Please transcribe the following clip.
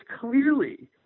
clearly